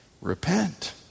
Repent